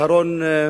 אהרן,